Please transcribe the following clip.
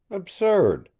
absurd!